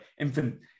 infant